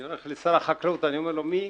אני הולך למשרד החקלאות ואומר לו: מי?